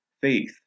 faith